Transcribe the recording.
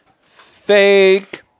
Fake